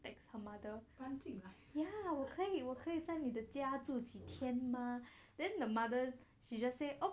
text her mother ya 可以我可以在你的家住几天 mah then the mother she just say oh